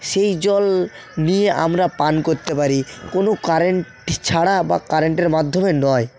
সেই জল নিয়ে আমরা পান করতে পারি কোনো কারেন্ট ছাড়া বা কারেন্টের মাধ্যমে নয়